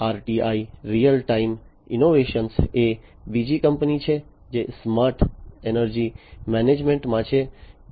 RTI real time innovations એ બીજી કંપની છે જે સ્માર્ટ એનર્જી મેનેજમેન્ટ સ્પેસમાં છે